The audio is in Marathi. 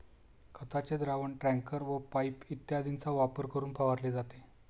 खताचे द्रावण टँकर व पाइप इत्यादींचा वापर करून फवारले जाते